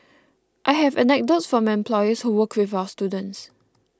I have anecdotes from employers who work with our students